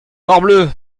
morbleu